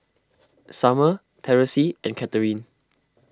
Summer Terese and Catharine